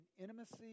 intimacy